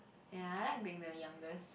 ya I like being the youngest